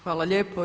Hvala lijepa.